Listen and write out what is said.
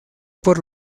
por